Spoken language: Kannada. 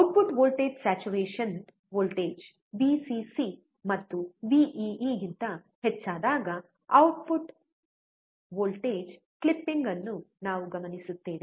output voltage saturation voltage VCC ಮತ್ತು ವಿಇಇ ಗಿಂತ ಹೆಚ್ಚಾದಾಗ ಔಟ್ಪುಟ್ ವೋಲ್ಟೇಜ್ನಕ್ಲಿಪಿಂಗ್ ಅನ್ನು ನಾವು ಗಮನಿಸುತ್ತೇವೆ